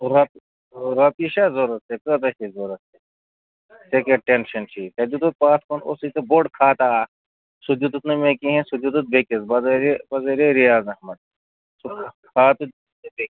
رۄپ رۄپیہِ چھا ضوٚرَتھ ژےٚ کۭژاہ چھےٚ ضوٚرَتھ ژےٚ کیٛاہ ٹینشَن چھُے ژےٚ دیُتُتھ پتھ کُن اوسُے ژےٚ بوٚڈ کھاتا اَکھ سُہ دیُتُتھ نہٕ مےٚ کِہیٖنۍ سُہ دیُتُتھ بیٚکِس بَزریعہ بزریعہ رِیاض احمد سُہ